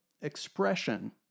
expression